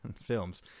films